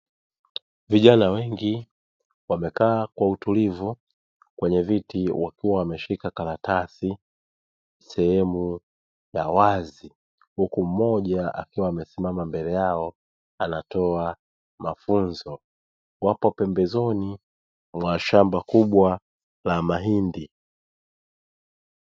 Vijana wengi wamekaa kwa utulivu wakiwa wameshika karatasi sehemu ya wazi, huku mmoja akiwa amesimama anatoa mafunzo wapo pembezoni mwa shamba kubwa la mahindi.